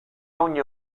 ogni